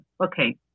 Okay